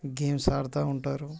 games ఆడతు ఉంటారు